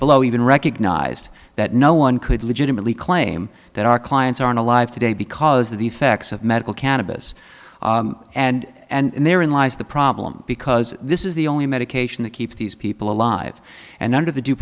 below even recognized that no one could legitimately claim that our clients aren't alive today because of the effects of medical cannabis and therein lies the problem because this is the only medication that keeps these people alive and under the d